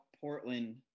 Portland